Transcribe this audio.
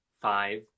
five